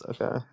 Okay